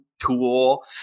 tool